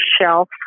shelf